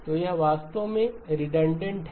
तो यह वास्तव में रिडण्डेण्ट है